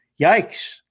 yikes